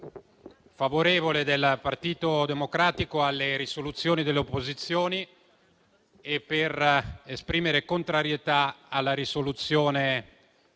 favorevole del Partito Democratico alle risoluzioni delle opposizioni e contrarietà alla risoluzione